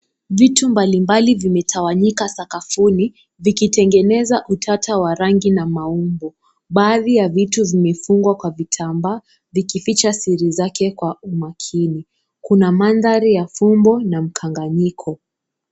Vitu mbalimbali vimetawanyilka sakafuni vikitengeneza utata wa rangi na maumbo. Baadhi ya vitu vimefungwa kwa vitambaa vikificha siri zake kwa umakini. Kuna mandhari ya fumbo na mkanganyiko.